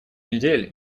недель